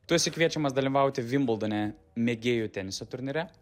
tu esi kviečiamas dalyvauti vimbildone mėgėjų teniso turnyre